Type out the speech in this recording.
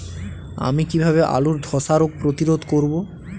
আমি কিভাবে আলুর ধ্বসা রোগ প্রতিরোধ করব?